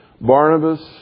Barnabas